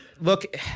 look